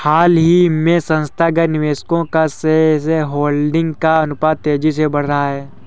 हाल ही में संस्थागत निवेशकों का शेयरहोल्डिंग का अनुपात तेज़ी से बढ़ रहा है